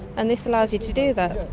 and this allows you to do that.